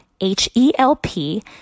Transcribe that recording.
H-E-L-P